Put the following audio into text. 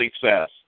success